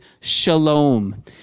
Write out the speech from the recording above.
shalom